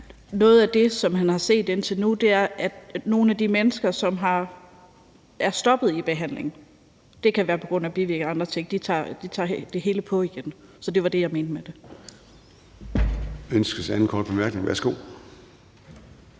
Noget af det, som man har set indtil nu, er, at nogle af de mennesker, som er stoppet i behandling – det kan være på grund af bivirkninger og andre ting – tager det hele på igen. Så det var det, jeg mente med det.